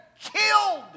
killed